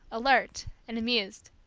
alert, and amused.